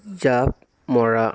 জাপ মৰা